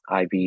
IV